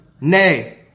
Nay